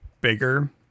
bigger